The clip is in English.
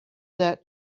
that